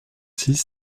six